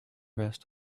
rest